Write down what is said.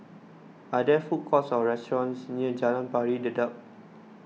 are there food courts or restaurants near Jalan Pari Dedap